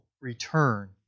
return